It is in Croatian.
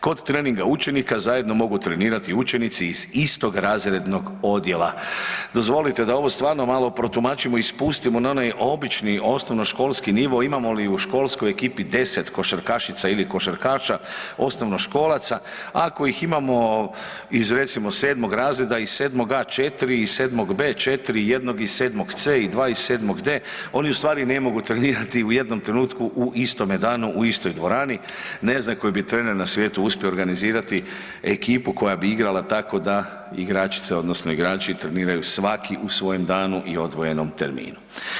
Kod treninga učenika zajedno mogu trenirati učenici iz istog razrednog odjela.“ Dozvolite da ovo stvarno malo protumačimo i spustimo na onaj obični, osnovnoškolski nivo, imamo li u školskoj ekipi 10 košarkašica ili košarkaša osnovnoškolaca, ako ih imamo iz recimo 7. r., iz 7. a 4, iz 7. b 4, jednog iz 7. c i dva iz 7. d, oni ustvari ne mogu trenirati u jednom trenutku u istome danu u istoj dvorani, ne znam koji bi trener na svijetu uspio organizirati ekipu koja bi igrala tako da igračice odnosno igrači treniraju svaki u svojem danu i odvojenom terminu.